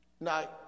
Now